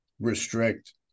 restrict